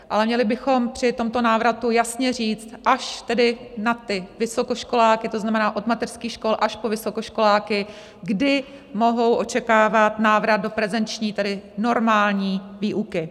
Ale měli bychom při tomto návratu jasně říct, až tedy na vysokoškoláky, to znamená od mateřských škol až po vysokoškoláky, kdy mohou očekávat návrat do prezenční, tedy normální výuky.